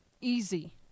easy